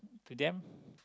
to them